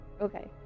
Okay